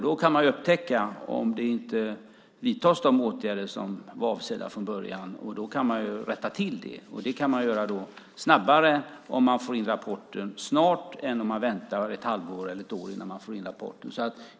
Då kan man upptäcka om de åtgärder som var avsedda från början inte vidtas och rätta till det, och det kan man göra snabbare om man får in rapporten snart än om det dröjer ett halvår eller ett år tills man får in den.